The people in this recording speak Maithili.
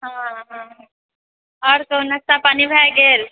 हाँ हाँ आओर कहूँ नस्ता पानी भए गेल